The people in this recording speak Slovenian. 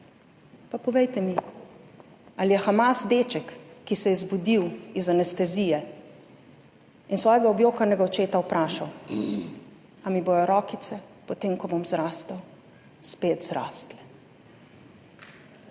Pa povejte mi, ali je Hamas deček, ki se je zbudil iz anestezije in svojega objokanega očeta vprašal, ali mi bodo rokice potem, ko bom zrastel, spet zrasle.